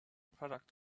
product